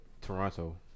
Toronto